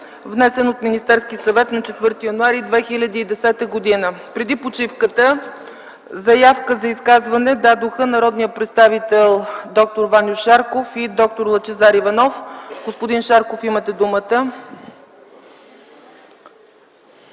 внесен от Министерския съвет на 4 януари 2010 г. Преди почивката заявка за изказване дадоха народните представители д-р Ваньо Шарков и д-р Лъчезар Иванов. Господин Шарков, имате думата.